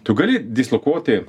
tu gali dislokuoti